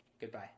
Goodbye